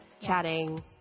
chatting